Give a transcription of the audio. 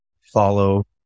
follow